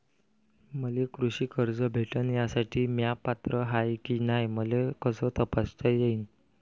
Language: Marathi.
मले कृषी कर्ज भेटन यासाठी म्या पात्र हाय की नाय मले कस तपासता येईन?